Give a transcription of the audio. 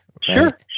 Sure